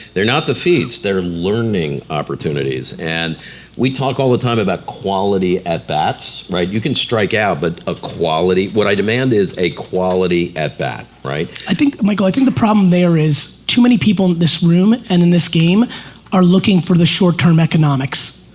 they're not defeats, they're learning opportunities and we talk all the time about quality at bats. right, you can strike out but ah what i demand is a quality at bat, right. i think michael, i think the problem there is too many people in this room and in this game are looking for the short term economics,